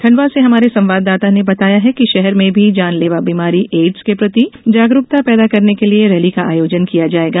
खण्डवा से हमारे संवाददाता ने बताया है कि शहर में भी जानलेवा बीमारी एड्स के प्रति जागरुकता पैदा करने के लिए रैली का आयोजन किया जायेगा